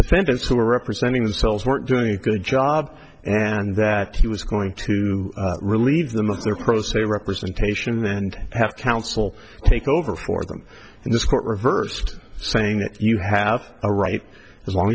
defendants who were representing themselves weren't doing a good job and that he was going to relieve them of their pro se representation and have counsel take over for them and this court reversed saying that you have a right as long